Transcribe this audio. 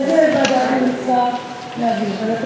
לאיזו ועדה את ממליצה להעביר?